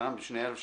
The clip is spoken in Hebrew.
בתקנת משנה (א)(3),